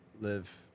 live